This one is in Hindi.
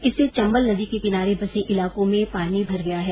इससे चंबल नदी के किनारे बसे इलाकों में पानी भर गया है